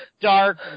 dark